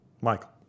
Michael